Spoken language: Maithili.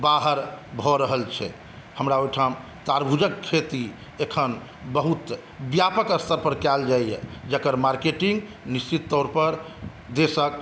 बाहर भऽ रहल छै हमरा ओहिठाम तारबूजक खेती अखन बहुत व्यापक स्तर पर कयल जाइया जेकर मार्केटिंग निश्चित तौर पर देशक